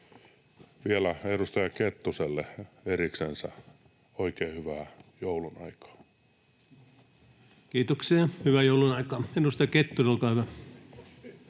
Vielä edustaja Kettuselle eriksensä oikein hyvää joulunaikaa. Kiitoksia. Hyvää joulunaikaa! — Edustaja Kettunen, olkaa hyvä.